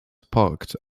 sparked